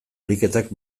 ariketak